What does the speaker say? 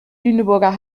lüneburger